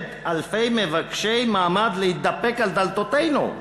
אלפי מבקשי מעמד להתדפק על דלתותינו.